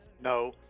no